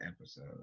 episode